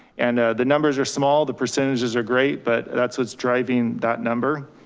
and the numbers are small. the percentages are great, but that's what's driving that number.